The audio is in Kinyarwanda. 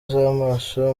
z’amaso